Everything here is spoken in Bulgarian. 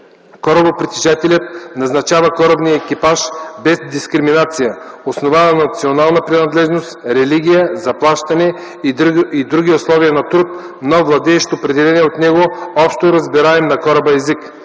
Корабопритежателят назначава корабния екипаж без дискриминация, основана на национална принадлежност, религия, заплащане и други условия на труд, но владеещ определения от него общоразбираем на кораба език.